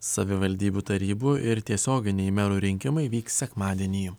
savivaldybių tarybų ir tiesioginiai merų rinkimai vyks sekmadienį